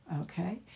Okay